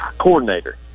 Coordinator